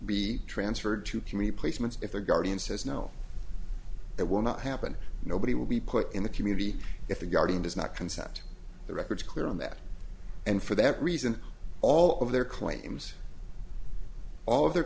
be transferred to commute placements if the guardian says no that will not happen nobody will be put in the community if the guardian does not consent the record is clear on that and for that reason all of their claims all of their